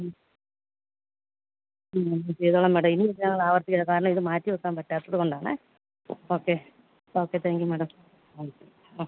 ഉം ഉം നമ്മൾ ചെയ്തോളാം മാഡം ഇത് ഞങ്ങൾ ആവർത്തിക്കില്ല കാരണം ഇത് മാറ്റി വെക്കാൻ പറ്റാത്തതുകൊണ്ടാണെ okay okay thank you madam